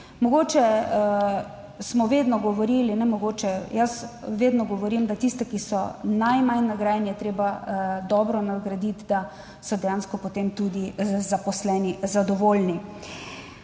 Mogoče smo vedno govorili, ne mogoče, jaz vedno govorim, da tiste, ki so najmanj nagrajen, je treba dobro nagraditi, da so dejansko, potem tudi zaposleni zadovoljni.